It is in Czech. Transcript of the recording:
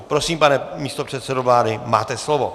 Prosím, pane místopředsedo vlády, máte slovo.